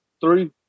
three